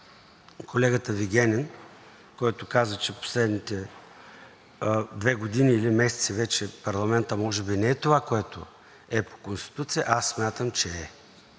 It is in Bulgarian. колегата Вигенин, който каза, че последните две години или месеци парламентът може би не е това, което е по Конституция, аз смятам, че е.